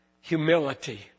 humility